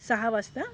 सहा वासता